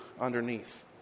underneath